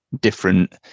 different